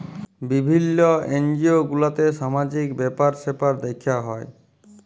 বিভিল্য এনজিও গুলাতে সামাজিক ব্যাপার স্যাপার দ্যেখা হ্যয়